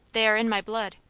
they are in my blood.